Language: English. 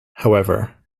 however